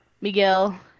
Miguel